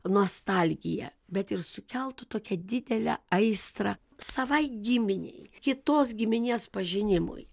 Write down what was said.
nostalgiją bet ir sukeltų tokią didelę aistrą savai giminei kitos giminės pažinimui